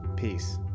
Peace